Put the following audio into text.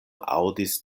aŭdis